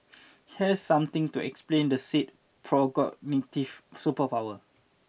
here's something to explain the said precognitive superpower